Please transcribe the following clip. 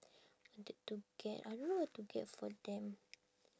wanted to get I don't know what to get for them